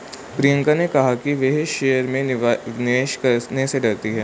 प्रियंका ने कहा कि वह शेयर में निवेश करने से डरती है